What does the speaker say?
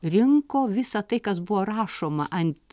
rinko visą tai kas buvo rašoma ant